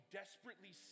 desperately